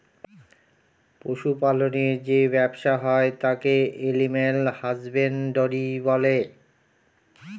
পশু পালনের যে ব্যবসা হয় তাকে এলিম্যাল হাসব্যানডরই বলে